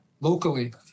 locally